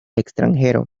extranjero